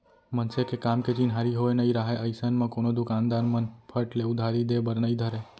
मनसे के काम के चिन्हारी होय नइ राहय अइसन म कोनो दुकानदार मन फट ले उधारी देय बर नइ धरय